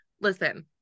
Listen